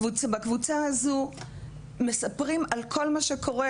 בקבוצה הזאת מספרים על כל מה שקורה,